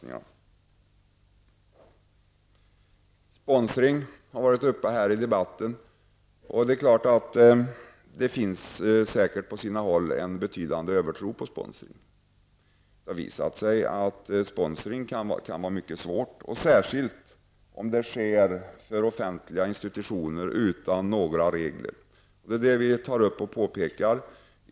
Frågan om sponsring har varit uppe i debatten. Man har säkerligen på sina håll en betydande övertro på sponsring. Det har visat sig att sponsring kan vara någonting mycket svårt, särskilt sponsring av offentliga institutioner utan några regler.